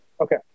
Okay